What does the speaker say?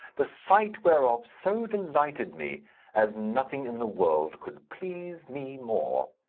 the sight whereof so delighted me as nothing in the world could please me more.